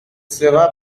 sera